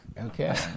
Okay